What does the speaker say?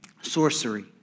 sorcery